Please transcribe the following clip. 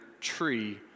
tree